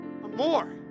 more